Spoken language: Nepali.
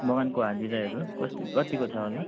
बगानको हाजिराहरू कसरी कतिको छ होला